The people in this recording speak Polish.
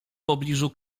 pobliżu